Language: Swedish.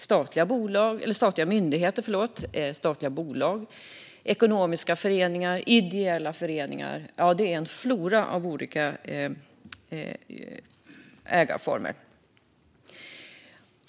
Statliga myndigheter och statliga bolag, ekonomiska föreningar, ideella föreningar - ja, det är en flora av olika ägarformer.